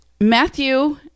matthew